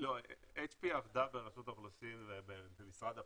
HP עבדה ברשות האוכלוסין ובמשרד הפנים,